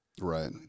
right